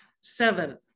Seven